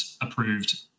approved